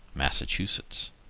massachusetts.